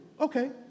Okay